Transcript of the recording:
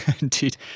Indeed